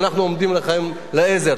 ואנחנו עומדים לכם לעזר.